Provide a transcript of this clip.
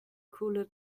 cooler